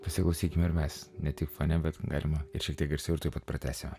pasiklausykime ir mes ne tik fone bet galima ir šiek tiek garsiau ir taip pat pratęsiu